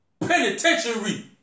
Penitentiary